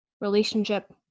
relationship